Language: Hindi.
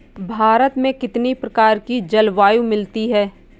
भारत में कितनी प्रकार की जलवायु मिलती है?